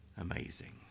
amazing